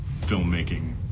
filmmaking